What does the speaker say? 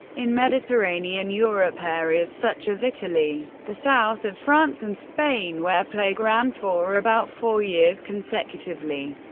in mediterranean europe, areas such as italy, the south of france and spain, where plague ran for about four years consecutively,